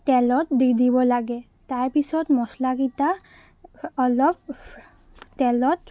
তেলত দি দিব লাগে তাৰপিছত মছলাকেইটা অলপ তেলত